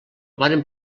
varen